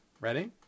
ready